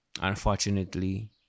unfortunately